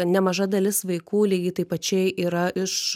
nemaža dalis vaikų lygiai taip pačiai yra iš